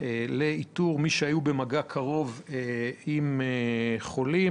לאיתור מי שהיו במגע קרוב עם החולים.